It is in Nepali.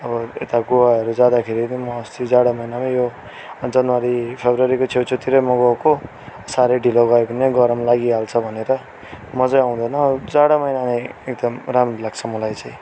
अब यता गोवाहरू जाँदाखेरि म अस्ति जाडो मैना मै यो जनवरी फेब्रवरीको छेउछेउतिर म गको सारै ढिलो गयो भने गरम लागि हाल्छ भनेर मज्जै आउँदैन जाडो मैना एकदम राम्रो लाग्छ मलाई चैँ